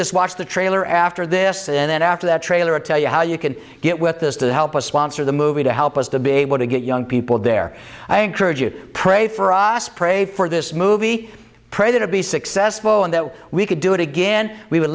just watch the trailer after this and then after that trailer tell you how you can get with this to help us sponsor the movie to help us to be able to get young people there i encourage you pray for os pray for this movie predator be successful and that we could do it again we would